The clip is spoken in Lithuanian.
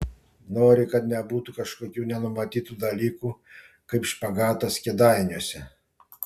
nori kad nebūtų kažkokių nenumatytų dalykų kaip špagatas kėdainiuose